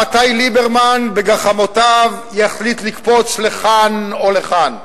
מתי ליברמן בגחמותיו יחליט לקפוץ לכאן או לכאן.